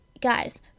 guys